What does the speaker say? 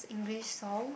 English songs